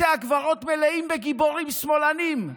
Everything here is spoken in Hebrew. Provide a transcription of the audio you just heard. בתי הקברות מלאים בגיבורים שמאלנים.